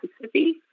Mississippi